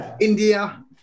India